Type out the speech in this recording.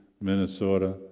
Minnesota